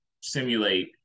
simulate